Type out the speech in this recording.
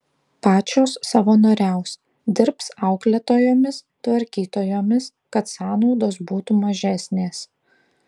pačios savanoriaus dirbs auklėtojomis tvarkytojomis kad sąnaudos būtų mažesnės